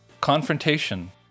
confrontation